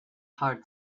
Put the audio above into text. heart